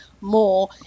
more